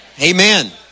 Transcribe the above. amen